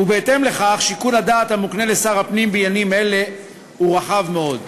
ובהתאם לכך שיקול הדעת המוקנה לשר הפנים בימים אלה הוא רחב מאוד.